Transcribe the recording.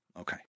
Okay